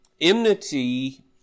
enmity